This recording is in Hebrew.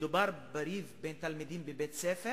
מדובר בריב בין תלמידים בבית-ספר